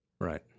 Right